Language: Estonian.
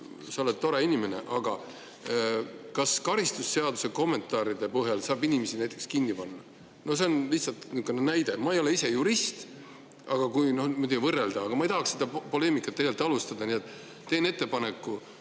sa oled tore inimene. Aga kas karistusseadustiku kommentaaride põhjal saab inimesi näiteks kinni panna? No see on lihtsalt näide, ma ei ole ise jurist. Aga kui niimoodi võrrelda … Ma ei tahaks seda poleemikat tegelikult alustada, nii et teen ettepaneku: